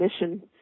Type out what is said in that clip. mission